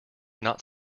not